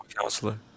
Counselor